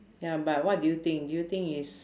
ya but what do you think do you think it's